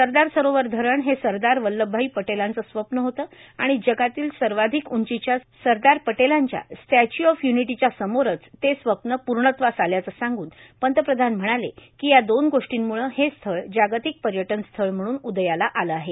सरदार सरोवर धरण हे सरदार वल्लभभाई पटेलांचं स्वप्न होतं आणि जगातील सर्वाधिक उंचीच्या सरदार पटेलांच्या स्टॅच्यू ऑफ यूनिटीच्या समोरंच ते स्वप्न पूर्णत्वास आल्याचं सांगून पंतप्रधान म्हणाले की या दोन गोष्टीम्ळं हे स्थळ जागतिक पर्यटन स्थळ म्हणून उदयाला आलं आहे